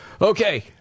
Okay